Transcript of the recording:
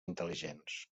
intel·ligents